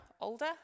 older